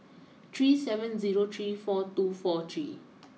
three seven zero three four two four three